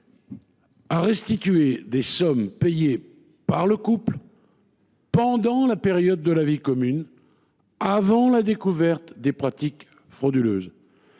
à restituer des sommes payées par le couple pendant la période de la vie commune, avant la découverte des pratiques frauduleuses.